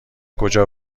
کجا